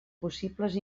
possibles